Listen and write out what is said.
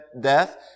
death